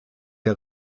der